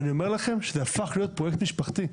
ואני אומר לכם שזה הפך להיות פרויקט משפחתי,